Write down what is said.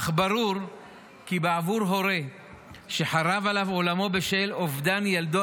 אך ברור כי בעבור הורה שחרב עליו עולמו בשל אובדן ילדו,